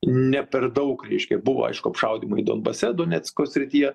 ne per daug reiškia buvo aišku apšaudymai donbase donecko srityje